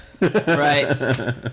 Right